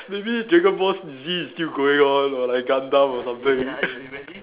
maybe dragon ball Z is still going on or like Gundam or something